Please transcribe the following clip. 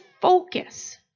focus